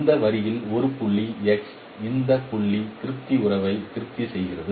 இந்த வரியில் ஒரு புள்ளி x இந்த புள்ளி திருப்தி உறவை திருப்தி செய்கிறது